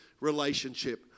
relationship